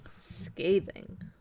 Scathing